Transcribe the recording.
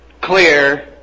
clear